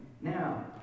Now